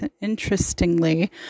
Interestingly